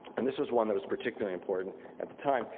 and this was one that was particularly important at the time.